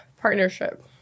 partnership